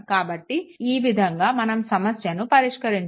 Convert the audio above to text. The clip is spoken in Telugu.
కాబట్టి ఈ విధంగా మనం సమస్యను పరిష్కరించాలి